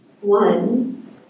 One